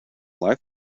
life